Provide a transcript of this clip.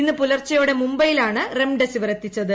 ഇന്ന് പുലർച്ചെയോടെ മുംബൈയിലാണ് റെഡസിവർ എത്തിച്ചത്